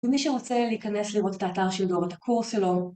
ומי שרוצה להיכנס לראות את האתר שלו או את הקורס שלו